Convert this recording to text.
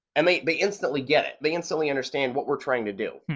and they they instantly get it. they instantly understand what we're trying to do.